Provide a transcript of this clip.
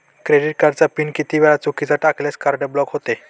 Credit कार्डचा pin किती वेळा चुकीचा टाकल्यास कार्ड ब्लॉक होते?